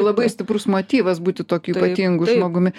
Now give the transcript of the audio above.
labai stiprus motyvas būti tokiu ypatingu žmogumi